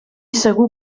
segur